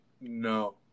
no